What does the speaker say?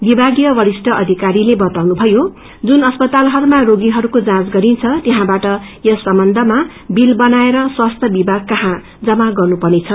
विभागीय वरिष्ठ अधिकारीले बताउनुभयो जुन अस्पतालहरूमा रोगीहरूको जाँच गरिन्छ त्यहाँबाट यस सम्बन्ध्मा बील बनाएर स्वास्थि विभन्नगकहाँ जमा गर्नुपर्नेछ